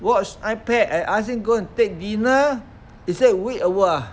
watch ipad and ask him go and take dinner he say wait awhile